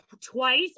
twice